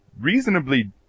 reasonably